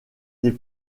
des